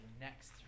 next